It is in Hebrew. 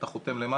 אתה חותם למטה,